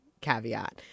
caveat